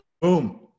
boom